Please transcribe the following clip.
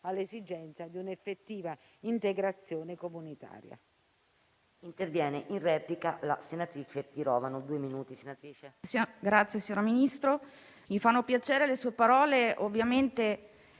all'esigenza di un'effettiva integrazione comunitaria.